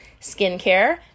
skincare